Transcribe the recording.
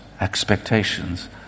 expectations